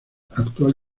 actual